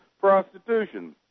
prostitution